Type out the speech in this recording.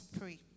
pray